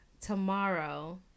tomorrow